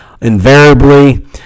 invariably